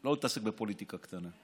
לא להתעסק בפוליטיקה קטנה.